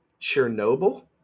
Chernobyl